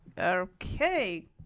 Okay